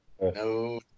No